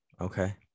okay